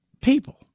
people